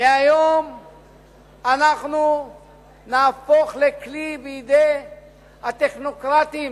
מהיום אנחנו נהפוך לכלי בידי הטכנוקרטים.